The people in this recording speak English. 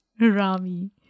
Rami